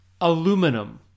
aluminum